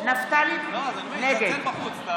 לצאת בחוץ.